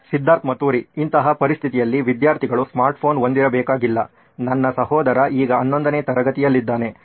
ಸಿದ್ಧಾರ್ಥ್ ಮತುರಿ ಇಂತಹ ಪರಿಸ್ಥಿತಿಯಲ್ಲಿ ವಿದ್ಯಾರ್ಥಿಗಳು ಸ್ಮಾರ್ಟ್ಫೋನ್ ಹೊಂದಿರಬೇಕಾಗಿಲ್ಲ ನನ್ನ ಸಹೋದರ ಈಗ 11 ನೇ ತರಗತಿಯಲ್ಲಿದ್ದಾನೆ